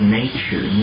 nature